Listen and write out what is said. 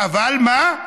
אבל מה?